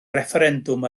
refferendwm